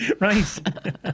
Right